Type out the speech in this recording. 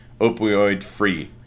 opioid-free